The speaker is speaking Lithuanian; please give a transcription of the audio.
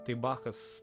tai bachas